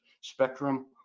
spectrum